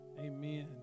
Amen